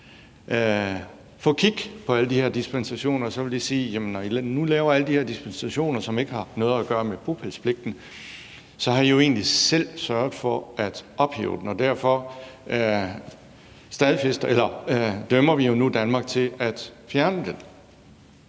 få kigget på alle de her dispensationer, og så vil de sige: Jamen når I nu laver alle de her dispensationer, som ikke har noget med bopælspligten at gøre, så har I jo egentlig selv sørget for at ophæve protokollen, og derfor dømmer vi nu Danmark til at fjerne den.